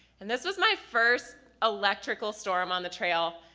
and this was my first electrical storm on the trail,